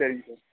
சரிங் சார்